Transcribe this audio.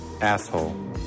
Asshole